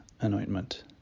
anointment